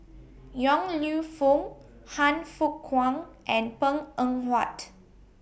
Yong Lew Foong Han Fook Kwang and Png Eng Huat